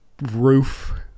roof